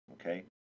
okay